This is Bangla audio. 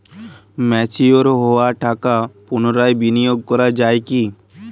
ম্যাচিওর হওয়া টাকা পুনরায় বিনিয়োগ করা য়ায় কি?